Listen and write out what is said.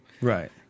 right